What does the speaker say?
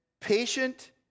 patient